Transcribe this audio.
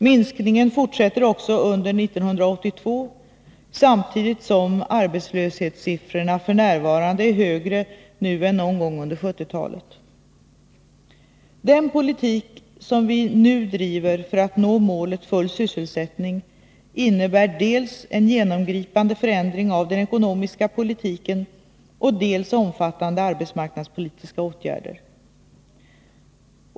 Minskningen fortsätter också under 1982, samtidigt som arbetslöshetssiffrorna är högre nu än någon gång under 1970-talet. Den politik som vi nu driver för att nå målet full sysselsättning innebär dels en genomgripande förändring av den ekonomiska politiken, dels omfattande arbetsmarknadspolitiska åtgärder.